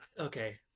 Okay